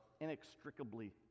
inextricably